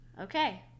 okay